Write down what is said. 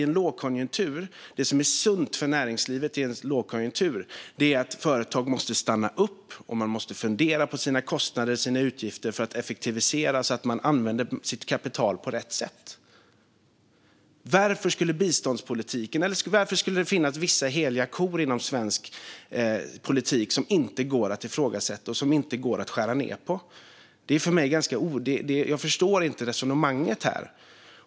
Man brukar säga att det som är sunt för näringslivet i en lågkonjunktur är att företag stannar upp och funderar på sina kostnader och utgifter för att effektivisera så att de använder sitt kapital på rätt sätt. Varför skulle det finnas vissa heliga kor inom svensk politik som inte går att ifrågasätta och som inte går att skära ned på? Jag förstår inte resonemanget.